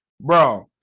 Bro